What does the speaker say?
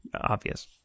obvious